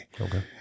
Okay